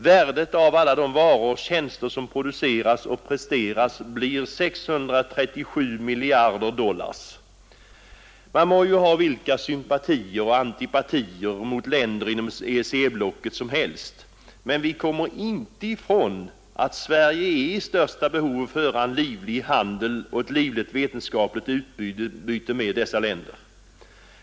Värdet av alla varor och tjänster som produceras och presteras blir 637 miljarder dollar. Man må ha vilka sympatier och antipatier mot länder inom EEC-blocket som helst, men vi kommer inte ifrån att Sverige är i största behov av att föra en livlig handel och ett livligt vetenskapligt utbyte med dessa länder.